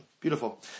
Beautiful